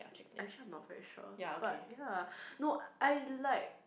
actually I'm not very sure but ya no I like